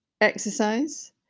exercise